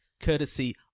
courtesy